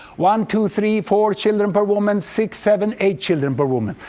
one, two, three, four children per woman six, seven, eight children per woman.